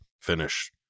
finish